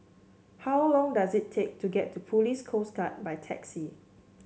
how long does it take to get to Police Coast Guard by taxi